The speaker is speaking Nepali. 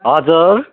हजुर